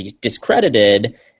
discredited